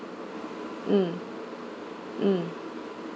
mm mm